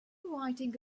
writing